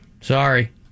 Sorry